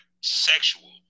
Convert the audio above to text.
sexual